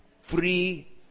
Free